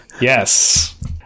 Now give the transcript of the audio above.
yes